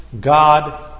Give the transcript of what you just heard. God